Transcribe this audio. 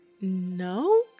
No